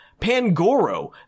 Pangoro